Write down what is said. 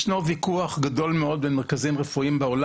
ישנו ויכוח גדול מאוד בין מרכזים רפואיים בעולם